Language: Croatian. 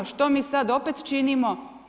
Što mi sad opet činimo?